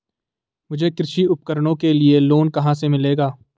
मुझे कृषि उपकरणों के लिए लोन कहाँ से मिलेगा?